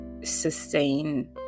sustain